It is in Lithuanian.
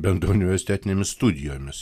bendrauniversitetinėmis studijomis